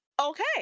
Okay